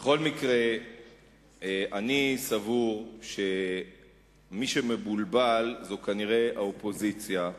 אני סבור שמי שמבולבל זה כנראה האופוזיציה,